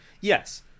yes